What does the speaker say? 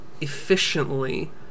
efficiently